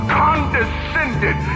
condescended